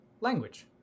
Language